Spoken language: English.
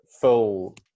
full